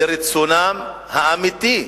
לרצונם האמיתי,